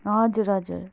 हजुर हजुर